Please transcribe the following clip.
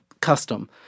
custom